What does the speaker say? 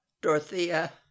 Dorothea